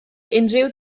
unrhyw